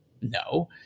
no